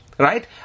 right